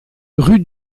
rue